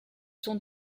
sont